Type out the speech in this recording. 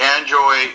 Android